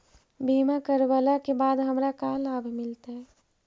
बीमा करवला के बाद हमरा का लाभ मिलतै?